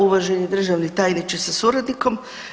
Uvaženi državni tajniče sa suradnikom.